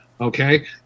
okay